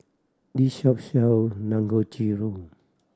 this shop sell Dangojiru